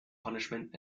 punishment